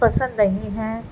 پسند نہیں ہیں